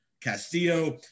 Castillo